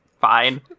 fine